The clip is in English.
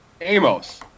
Amos